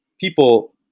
People